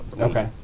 Okay